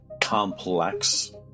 complex